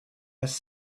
was